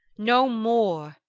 no more!